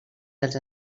dels